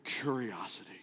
curiosity